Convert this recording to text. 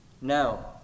Now